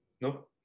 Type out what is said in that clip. No